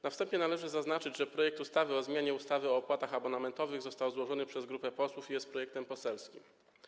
Na wstępie należy zaznaczyć, że projekt ustawy o zmianie ustawy o opłatach abonamentowych został złożony przez grupę posłów i jest projektem poselskim.